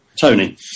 Tony